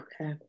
Okay